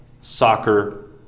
soccer